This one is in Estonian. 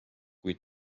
kui